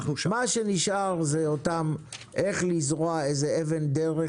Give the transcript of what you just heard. מה שנשאר זה איך לזרוע אבן דרך,